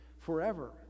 forever